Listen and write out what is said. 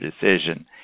decision